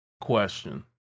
question